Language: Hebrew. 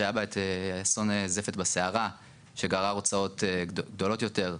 כשהיה בה את אסון זפת בסערה שגרר הוצאות גדולות יותר,